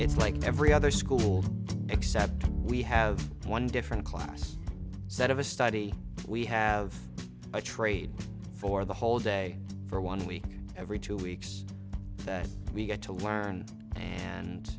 it's like every other school except we have one different class set of a study we have a trade for the whole day for one week every two weeks we get to learn and